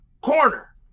corner